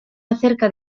acerca